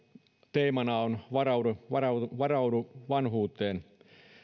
teemana on varaudu vanhuuteen